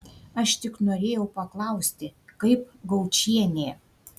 aš tik norėjau paklausti kaip gaučienė